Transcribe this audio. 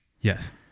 Yes